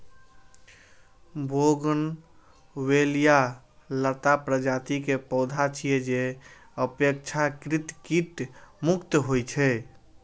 bougainvillea लता प्रजाति के पौधा छियै, जे अपेक्षाकृत कीट मुक्त होइ छै